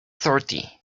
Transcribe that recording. thirty